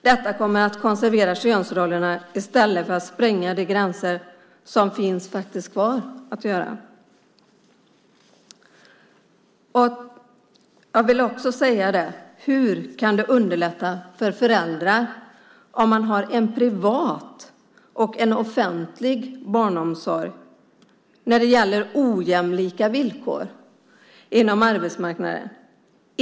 Detta kommer att konservera könsrollerna i stället för att spränga de gränser som faktiskt finns kvar. Och hur kan det underlätta för föräldrar om man har en privat och en offentlig barnomsorg när det gäller ojämlika villkor på arbetsmarknaden?